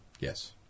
Yes